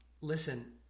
Listen